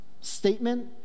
statement